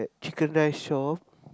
chicken-rice shop